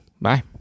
Bye